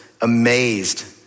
amazed